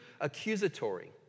accusatory